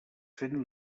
fent